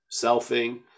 selfing